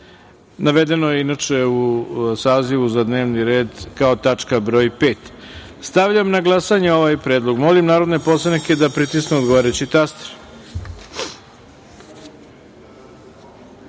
decembra. Navedeno je, inače, u sazivu za dnevni red kao tačka broj 5.Stavljam na glasanje ovaj predlog. Molim narodne poslanike da pritisnu odgovarajući